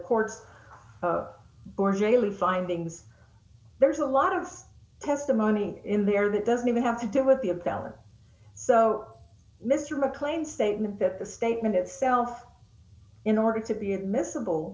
courts or jail findings there's a lot of testimony in there that doesn't even have to do would be a balance so mr mclean statement that the statement itself in order to be admis